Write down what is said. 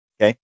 Okay